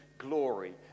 glory